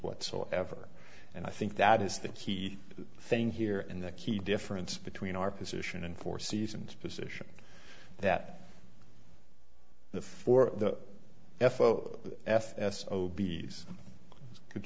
whatsoever and i think that is the key thing here and the key difference between our position and four seasons position that the for the f o f s o b s could